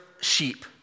sheep